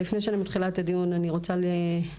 לפני שאני מתחילה את הדיון אני רוצה להקריא.